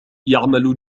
يعمل